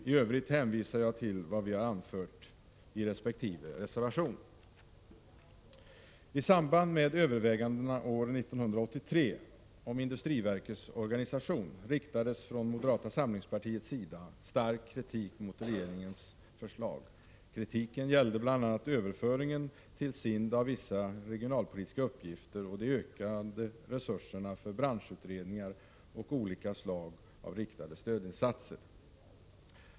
I övrigt hänvisar jag till vad vi har anfört i resp. reservation. I samband med övervägandena år 1983 om industriverkets organisation riktades från moderata samlingspartiets sida stark kritik mot regeringens förslag. Kritiken gällde bl.a. överföringen till SIND av vissa regionalpolitiska uppgifter och de ökade resurserna för branschutredningar och olika slag av riktade stödinsatser.